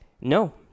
No